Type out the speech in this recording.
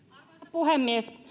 puhemies